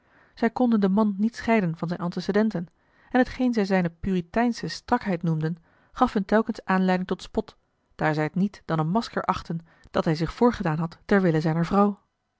zij konden den man niet scheiden van zijne antecedenten en hetgeen zij zijne puriteinsche strakheid noemden gaf hem telkens aanleiding tot spot daar zij het niet dan een masker achtten dat hij zich voorgedaan had ter wille zijner vrouw